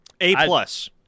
A-plus